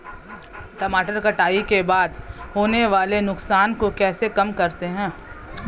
टमाटर कटाई के बाद होने वाले नुकसान को कैसे कम करते हैं?